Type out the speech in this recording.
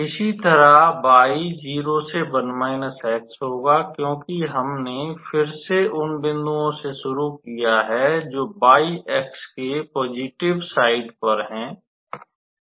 इसी तरह y 0 से 1 x होगा क्योंकि हमने फिर से उन बिंदुओं से शुरू किया है जो y अक्ष के धनात्मक पक्ष पर हैं